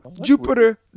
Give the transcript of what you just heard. Jupiter